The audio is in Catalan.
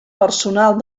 personal